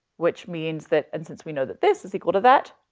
which means that, and since we know that this is equal to that,